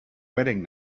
wedding